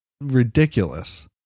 ridiculous